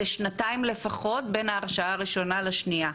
עוברות שנתיים לפחות בין ההרשאה הראשונה לשנייה.